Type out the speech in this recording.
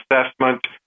assessment